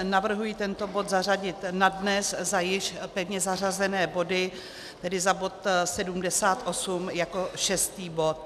Navrhuji tento bod zařadit na dnes za již pevně zařazené body, tedy za bod 78 jako šestý bod.